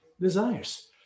desires